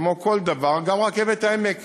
כמו כל דבר, גם רכבת העמק,